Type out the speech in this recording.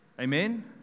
Amen